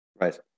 Right